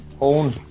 own